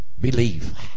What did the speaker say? believe